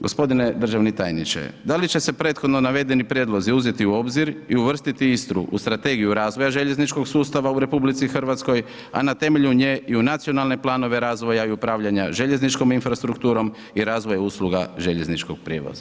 Gospodine državni tajniče, da li će se prethodno navedeno prijedlozi uzeti u obzir i uvrstiti Istru u strategiju razvoja željezničkog sustava u RH a na temelju nje i u nacionalne planove razvoja i upravljanja željezničkom infrastrukturom i razvoja usluga željezničkog prijevoza?